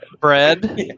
Bread